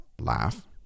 laugh